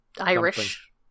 Irish